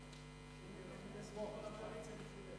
ההצעה להעביר את הצעת חוק לתיקון פקודת מסי